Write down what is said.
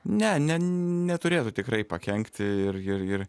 ne ne neturėtų tikrai pakenkti ir ir ir